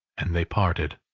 and they parted.